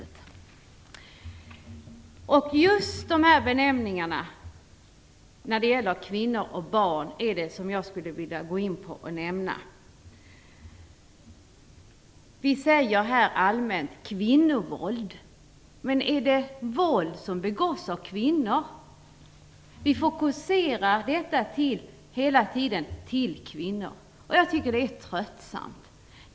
Det är just dessa benämningar när det gäller kvinnor och barn som jag skulle vilja gå in på. Vi säger allmänt "kvinnovåld". Men är det våld som begås av kvinnor? Vi fokuserar hela tiden på kvinnorna. Jag tycker att det är tröttsamt.